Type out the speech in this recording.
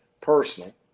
personal